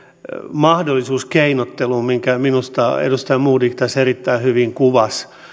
mahdollisuus keinotteluun minkä minusta edustaja modig tässä erittäin hyvin kuvasi